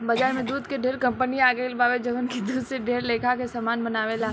बाजार में दूध के ढेरे कंपनी आ गईल बावे जवन की दूध से ढेर लेखा के सामान बनावेले